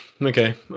okay